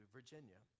Virginia